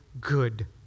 good